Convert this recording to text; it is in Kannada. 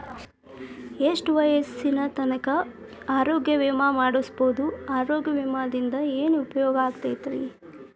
ಎಷ್ಟ ವಯಸ್ಸಿನ ತನಕ ಆರೋಗ್ಯ ವಿಮಾ ಮಾಡಸಬಹುದು ಆರೋಗ್ಯ ವಿಮಾದಿಂದ ಏನು ಉಪಯೋಗ ಆಗತೈತ್ರಿ?